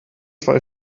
zwei